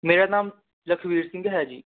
ਮੇਰਾ ਨਾਮ ਲਖਵੀਰ ਸਿੰਘ ਹੈ ਜੀ